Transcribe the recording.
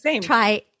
try